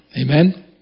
Amen